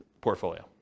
portfolio